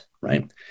right